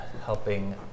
helping